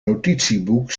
notitieboek